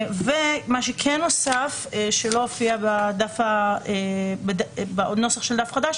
ומה שכן נוסף ולא הופיע בנוסח של דף חדש